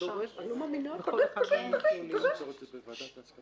שהתלבטתי ואני